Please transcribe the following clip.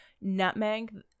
nutmeg